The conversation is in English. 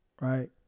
right